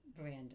brand